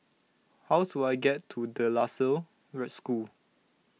how do I get to De La Salle School